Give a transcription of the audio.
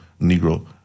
Negro